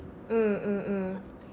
mm mm mm